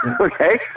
okay